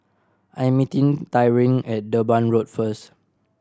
I am meeting Tyrin at Durban Road first